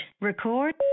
Record